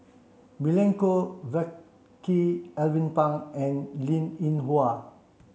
Milenko Prvacki Alvin Pang and Linn In Hua